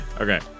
Okay